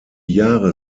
jahre